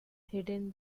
hidden